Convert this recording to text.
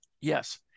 yes